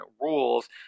rules